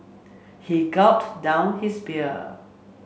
he gulped down his beer